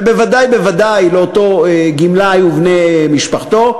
ובוודאי בוודאי לאותו גמלאי ובני משפחתו,